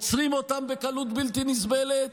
אנחנו עוצרים אותם בקלות בלתי נסבלת,